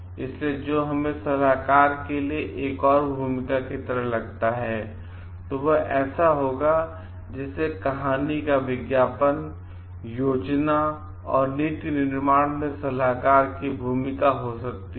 इसलिए जो हमें सलाहकार के लिए एक और भूमिका की तरह लगता है वह ऐसा होगा जैसे कहानी का विज्ञापन और योजना और नीति निर्माण में सलाहकार की भूमिका हो सकती है